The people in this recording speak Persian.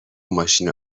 ماشین